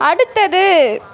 அடுத்தது